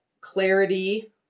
Clarity